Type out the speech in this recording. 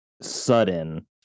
sudden